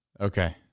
Okay